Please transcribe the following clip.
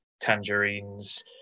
tangerines